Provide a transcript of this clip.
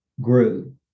grew